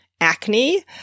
acne